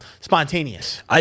spontaneous